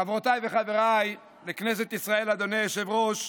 חברותיי וחבריי לכנסת ישראל, אדוני היושב-ראש,